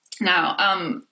Now